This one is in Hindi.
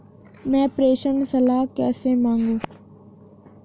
मैं प्रेषण सलाह कैसे मांगूं?